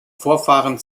vorfahren